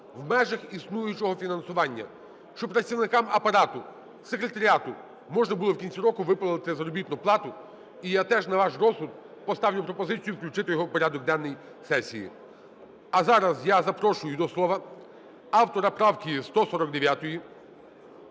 в межах існуючого фінансування, щоб працівникам Апарату, секретаріату можна було в кінці року виплатити заробітну плату. І я теж на ваш розсуд поставлю пропозицію включити його в порядок денний сесії. А зараз я запрошую до слова автора правки 149